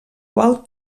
qual